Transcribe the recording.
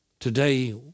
Today